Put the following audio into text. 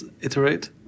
iterate